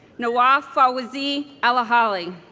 nawaf fawzi alohali